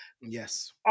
Yes